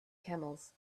camels